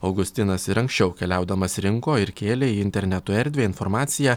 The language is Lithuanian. augustinas ir anksčiau keliaudamas rinko ir kėlė į interneto erdvę informaciją